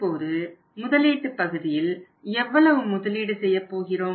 இப்போது முதலீட்டு பகுதியில் எவ்வளவு முதலீடு செய்யப்போகிறோம்